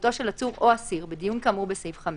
נוכחותו של עצור או אסיר בדיון כאמור בסעיף 5,